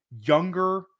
younger